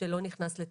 שלא נכנס לתוקף.